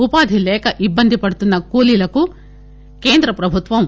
ఉపాధి లేక ఇబ్బంది పడుతున్న కూలీలకు కేంద్ర ప్రభుత్వం